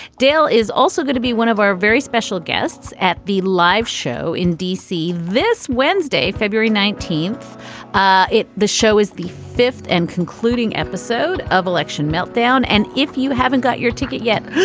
dale is also going to be one of our very special guests at the live show in d c. this wednesday, february nineteen ah the show is the fifth and concluding episode of election meltdown. and if you haven't got your ticket yet,